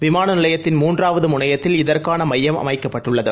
விமான நிலையத்தின் மூன்றாவது முனையத்தில் இதற்கான மையம் அமைக்கப்பட்டுள்ளது